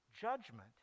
Judgment